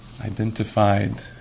identified